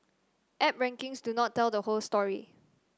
app rankings do not tell the whole story